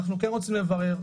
אנחנו רוצים לברר.